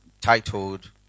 titled